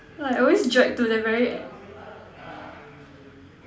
I always drag to the very e~